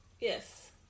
Yes